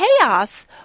chaos